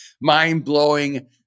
mind-blowing